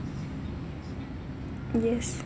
yes